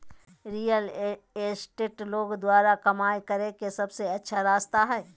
real estate लोग द्वारा कमाय करे के सबसे अच्छा रास्ता हइ